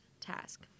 task